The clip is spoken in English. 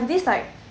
this like